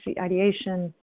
ideation